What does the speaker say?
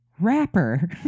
rapper